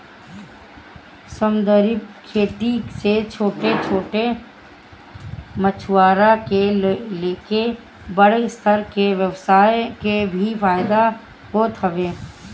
समंदरी खेती से छोट छोट मछुआरा से लेके बड़ स्तर के व्यवसाय के भी फायदा होत हवे